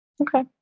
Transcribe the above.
Okay